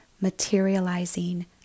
materializing